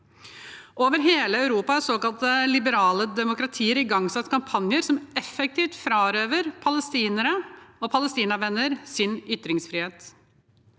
Over hele Europa har såkalt liberale demokratier igangsatt kampanjer som effektivt frarøver palestinere og palestinavenner sin ytringsfrihet.